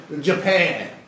Japan